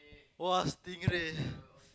!wah! stingray